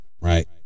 right